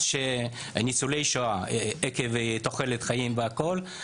שניצולי שואה --- עקב תוחלת החיים והכל,